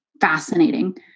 fascinating